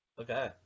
Okay